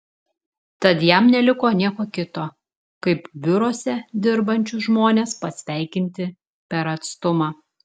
tad jam neliko nieko kito kaip biuruose dirbančius žmones pasveikinti per atstumą